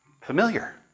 familiar